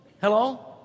hello